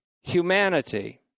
humanity